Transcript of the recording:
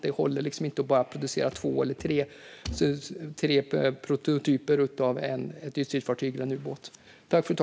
Det håller inte att producera två eller tre prototyper av ett ytstridsfartyg eller en ubåt.